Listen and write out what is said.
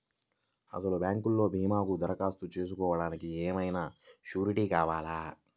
అసలు బ్యాంక్లో భీమాకు దరఖాస్తు చేసుకోవడానికి ఏమయినా సూరీటీ కావాలా?